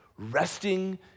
Resting